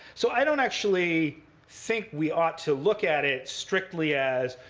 so i don't actually think we ought to look at it strictly as,